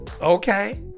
Okay